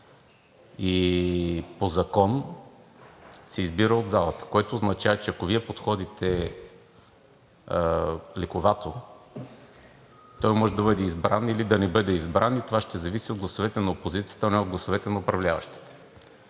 и по закон се избира от залата, което означава, че ако Вие подходите лековато, той може да бъде избран, или да не бъде избран и това ще зависи от гласовете на опозицията, а не от гласовете на управляващите.